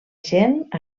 gent